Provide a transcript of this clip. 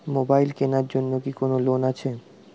Mobile কেনার জন্য কি কোন লোন আছে?